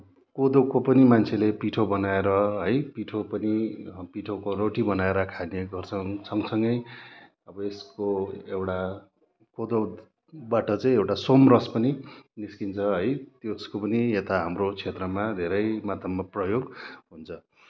अब कोदोको पनि मान्छेले पिठो बनाएर है पिठो पनि पिठोको रोटी बनाएर खाने गर्छन् सँगसँगै अब यसको एउटा कोदोबाट चाहिँ एउटा सोमरस पनि निस्किन्छ है त्यो त्यसको पनि यता हाम्रो क्षेत्रमा धेरै मात्रामा प्रयोग हुन्छ